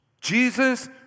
Jesus